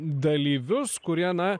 dalyvius kurie na